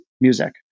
music